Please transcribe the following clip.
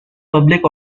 public